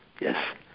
Yes